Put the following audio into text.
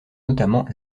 notamment